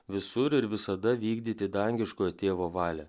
visur ir visada vykdyti dangiškojo tėvo valią